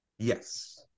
Yes